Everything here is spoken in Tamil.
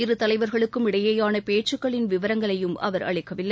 இரு தலைவாகளுக்கும் இடையேயான பேச்சுக்களின் விவரங்களையும் அவா் அளிக்கவில்லை